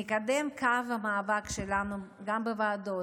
נקדם את קו המאבק שלנו גם בוועדות,